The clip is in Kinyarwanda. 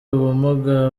ubumuga